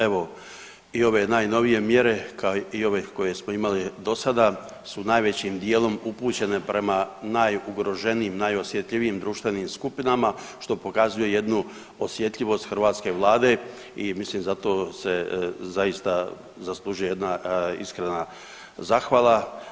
Evo i ove najnovije mjere kao i ove koje smo imali do sada su najvećim dijelom upućene prema najugroženijim, najosjetljivijim društvenim skupinama što pokazuje jednu osjetljivost hrvatske Vlade i mislim za to se zaista zaslužuje jedna iskrena zahvala.